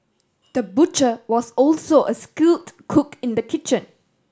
the butcher was also a skilled cook in the kitchen